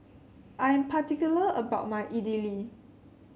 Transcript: I am particular about my Idili